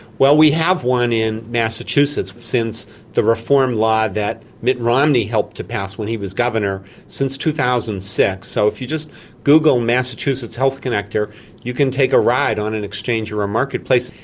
well, we have one in massachusetts since the reform law that mitt romney helped to pass when he was governor, since two thousand and six. so if you just google massachusetts health connector you can take a ride on an exchange or a marketplace.